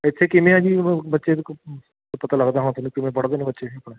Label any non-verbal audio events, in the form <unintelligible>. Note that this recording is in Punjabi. ਇਥੇ ਕਿਵੇਂ ਆ ਜੀ ਉਹ ਬੱਚੇ <unintelligible> ਪਤਾ ਲੱਗਦਾ ਹੋਣਾ ਤੈਨੂੰ ਕਿਵੇਂ ਪੜ੍ਹਦੇ ਨੇ ਬੱਚੇ